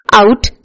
out